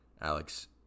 Alex